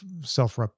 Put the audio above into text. self